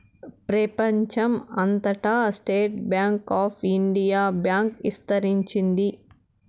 ప్రెపంచం అంతటా State Bank of India bank ఇస్తరించింది